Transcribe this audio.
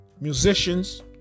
musicians